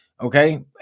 okay